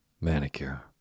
Manicure